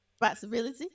responsibility